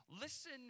Listen